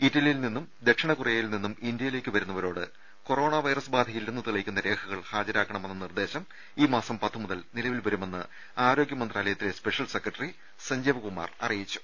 ഇറ്റലിയിൽ നിന്നും ദക്ഷിണ കൊറിയയിൽ നിന്നും ഇന്ത്യയിലേക്ക് വരുന്നവരോട് കൊറോണ വൈറസ്ബാധയില്ലെന്ന് തെളിയിക്കുന്ന രേഖകൾ ഹാജരാക്കണമെന്ന നിർദേശം ഈ മാസം പത്തുമുതൽ നിലവിൽ വരുമെന്ന് ആരോഗ്യ മന്ത്രാലയ ത്തിലെ സ്പെഷ്യൽ സെക്രട്ടറി സഞ്ജീവകുമാർ അറിയിച്ചു